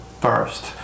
first